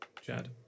Chad